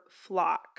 flock